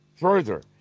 further